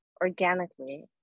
organically